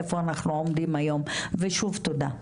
איפה אנחנו עומדים היום ושוב תודה.